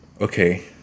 okay